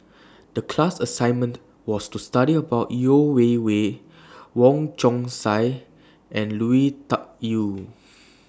The class assignment was to study about Yeo Wei Wei Wong Chong Sai and Lui Tuck Yew